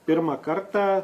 pirmą kartą